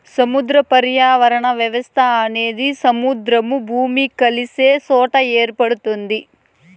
సముద్ర పర్యావరణ వ్యవస్థ అనేది సముద్రము, భూమి కలిసే సొట ఏర్పడుతాది